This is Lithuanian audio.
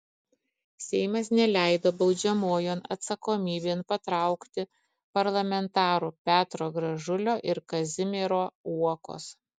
seimas neleido baudžiamojon atsakomybėn patraukti parlamentarų petro gražulio ir kazimiero uokos